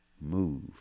Move